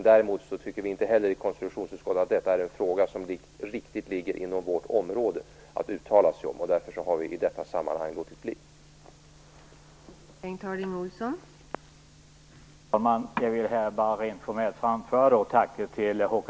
Däremot tycker vi inte heller i konstitutionsutskottet att detta är en fråga som ligger inom vårt område, och därför har vi i detta sammanhang låtit bli att uttala oss.